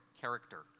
character